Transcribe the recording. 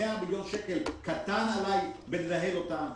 100 מיליון שקלים קטן עלי לנהל אותו.